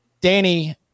Danny